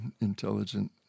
intelligent